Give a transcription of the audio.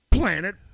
Planet